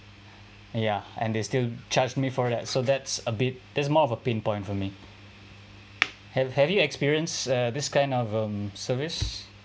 ya and they still charged me for that so that's a bit that's more of a pain point for me have have you experience uh this kind of um service